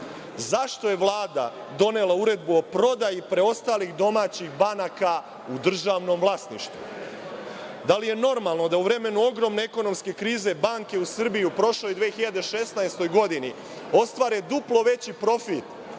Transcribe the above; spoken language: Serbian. je Vlada donela Uredbu o prodaji preostalih domaćih banaka u državnom vlasništvu? Da li je normalno da u vremenu ogromne ekonomske krize banke u Srbiji u prošloj 2016. godini ostvare duplo veći profit?